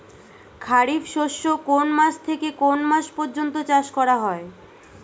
খারিফ শস্য কোন মাস থেকে কোন মাস পর্যন্ত চাষ করা হয়?